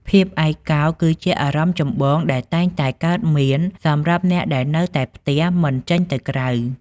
ភាពឯកកោគឺជាអារម្មណ៍ចម្បងដែលតែងតែកើតមាន សម្រាប់អ្នកដែលនៅតែផ្ទះ មិនចេញទៅក្រៅ។